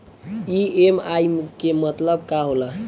EMI के मतलब का होला?